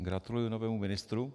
Gratuluji novému ministrovi.